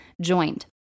joined